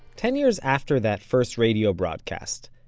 ten years after that first radio broadcast,